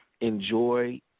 enjoy